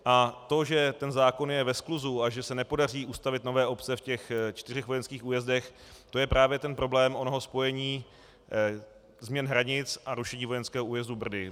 A to, že ten zákon je ve skluzu a že se nepodaří ustavit nové obce ve čtyřech vojenských újezdech, to je právě ten problém onoho spojení změn hranic a rušení vojenského újezdu Brdy.